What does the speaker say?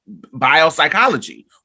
biopsychology